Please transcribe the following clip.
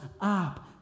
up